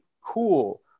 cool